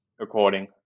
according